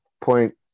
point